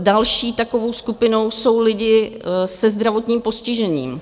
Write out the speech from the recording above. Další takovou skupinou jsou lidi se zdravotním postižením.